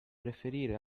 preferire